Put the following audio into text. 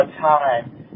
time